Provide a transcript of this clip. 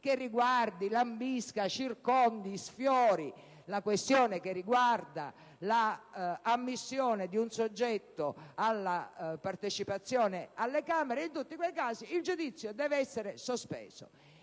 che riguardi, lambisca, circondi, sfiori la questione che riguarda l'ammissione di un soggetto alla partecipazione alle Camere, il giudizio deve essere sospeso